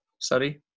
study